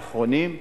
האחרונים,